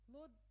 Lord